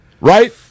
Right